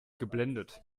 geblendet